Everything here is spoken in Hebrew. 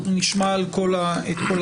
אנחנו נשמע את כל הדברים.